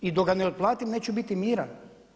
I dok ga ne otplatim neću biti miran.